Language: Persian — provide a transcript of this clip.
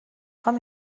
خوام